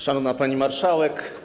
Szanowna Pani Marszałek!